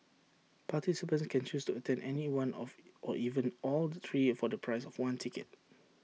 participants can choose to attend any one off or even all the three for the price of one ticket